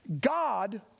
God